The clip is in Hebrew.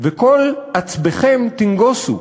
וכל עַצְּבֵיכֶם תִּנְגֹּשׂוּ.